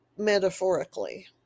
metaphorically